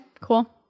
cool